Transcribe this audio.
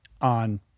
on